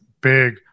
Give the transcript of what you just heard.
big